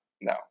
no